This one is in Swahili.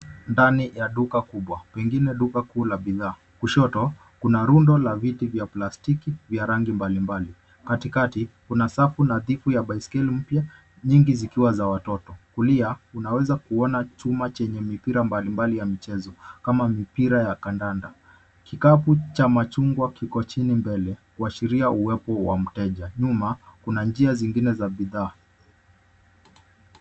Ndani ya duka kubwa, pengine duka kuu la bidhaa. Kushoto, kuna rundo la viti vya plastiki vya rangi mbalimbali. Katikati, kuna safu nadhifu ya baiskeli mpya nyingi zikiwa za watoto. Kulia, unaweza kuona chuma chenye mipira mbalimbali ya michezo kama mipira ya kandanda. Kikapu cha machungwa kiko chini mbele kuashiria uwepo wa mteja. Nyuma, kuna njia zingine za bidhaa.